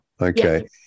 okay